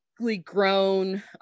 grown